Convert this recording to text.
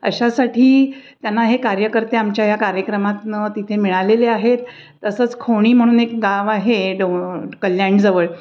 अशासाठी त्यांना हे कार्यकर्ते आमच्या ह्या कार्यक्रमातून तिथे मिळालेले आहेत तसंच खोणी म्हणून एक गाव आहे डो कल्याणजवळ